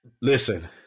Listen